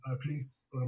please